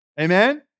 Amen